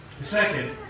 Second